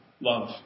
love